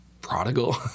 prodigal